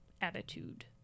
attitude